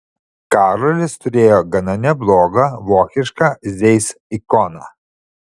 karolis turėjo gana neblogą vokišką zeiss ikoną